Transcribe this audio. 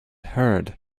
heard